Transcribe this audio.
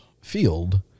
field